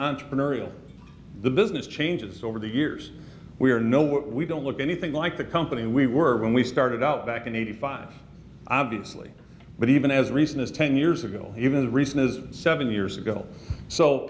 entrepreneurial the business changes over the years we are no what we don't look anything like the company we were when we started out back in eighty five obviously but even as recent as ten years ago even the reason is seven years ago s